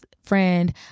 friend